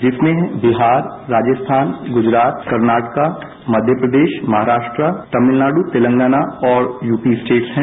जिसमें बिहार राजस्थान गुजरात कर्नाटका मध्यप्रदेश महाराष्ट्रा तमिलनाडु तेलंगाना और UP state हैं